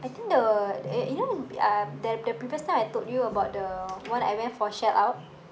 I think the eh you know uh that the previous time I told you about the one I went for shell out